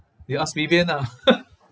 you ask vivian ah